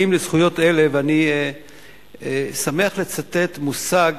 אני שמח לצטט מושג